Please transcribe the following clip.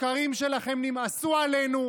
השקרים שלכם נמאסו עלינו.